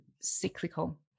cyclical